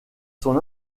son